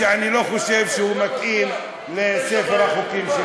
שאני לא חושב שהוא מתאים לספר החוקים של המדינה.